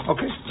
Okay